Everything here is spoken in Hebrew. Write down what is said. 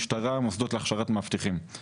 מוסדות להכשרת מאבטחים על פי הנחיות המשטרה.